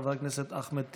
חבר הכנסת אחמד טיבי.